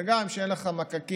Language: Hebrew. זה גם שאין לך מקקים,